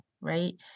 Right